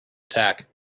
attack